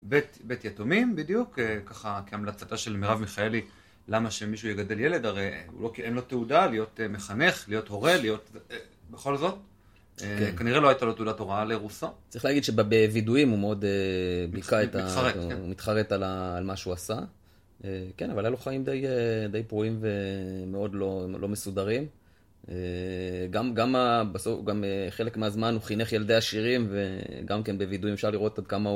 בית יתומים בדיוק, ככה כהמלצתה של מירב מיכאלי, למה שמישהו יגדל ילד, הרי אין לו תעודה להיות מחנך, להיות הורה, להיות... בכל זאת, כנראה לא הייתה לו תעודת הוראה לרוסו. צריך להגיד שבבוידואים הוא מאוד ביכה את ה... מתחרט, כן. הוא מתחרט על מה שהוא עשה. כן, אבל היו לו חיים די פרועים ומאוד לא מסודרים. גם חלק מהזמן הוא חינך ילדי עשירים, וגם כן בבווידואים אפשר לראות עד כמה הוא...